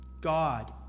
God